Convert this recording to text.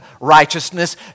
righteousness